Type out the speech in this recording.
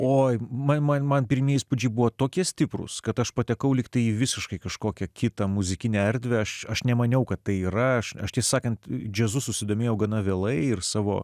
o mama man pirmi įspūdžiai buvo tokie stiprūs kad aš patekau lyg tai visiškai kažkokią kitą muzikinę erdvę aš aš nemaniau kad tai yra aš aš tai sakant džiazu susidomėjo gana vėlai ir savo